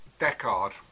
Deckard